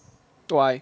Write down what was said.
why